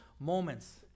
moments